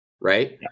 right